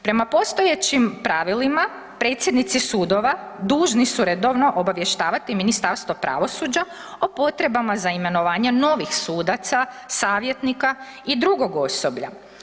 Prema postojećim pravilima predsjednici sudova dužni su redovno obavještavati Ministarstvo pravosuđa o potrebama za imenovanje novih sudaca, savjetnika i drugog osoblja.